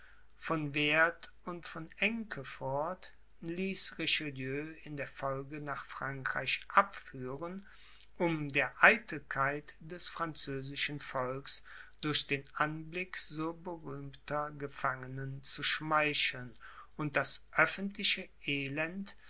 von werth und von enkeford ließ richelieu in der folge nach frankreich abführen um der eitelkeit des französischen volks durch den anblick so berühmter gefangenen zu schmeicheln und das öffentliche elend